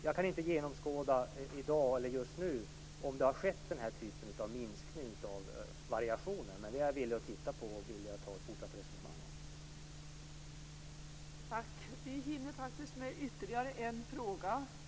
Jag kan inte just nu genomskåda om det skett den typ av minskning av variationer som Johan Pehrson nämner, men det är jag villig att titta på och föra ett fortsatt resonemang om.